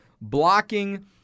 blocking